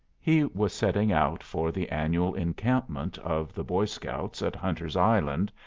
he was setting out for the annual encampment of the boy scouts at hunter's island,